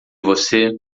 você